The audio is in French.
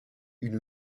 une